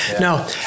No